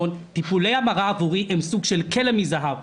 טיפולי ההמרה עבורי הם סוג של כלא מזהב.